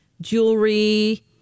jewelry